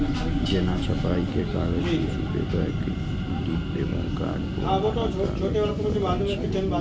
जेना छपाइ के कागज, tissue paper, coated paper, cardboard आदि कागजक प्रकार छियै